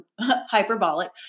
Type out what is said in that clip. hyperbolic